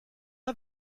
are